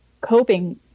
coping